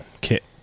kit